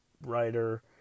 writer